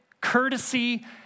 courtesy